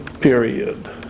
Period